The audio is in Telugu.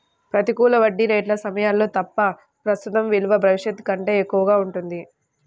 ప్రతికూల వడ్డీ రేట్ల సమయాల్లో తప్ప, ప్రస్తుత విలువ భవిష్యత్తు కంటే ఎక్కువగా ఉంటుంది